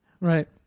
Right